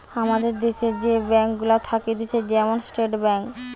আমাদের দ্যাশে যে ব্যাঙ্ক গুলা থাকতিছে যেমন স্টেট ব্যাঙ্ক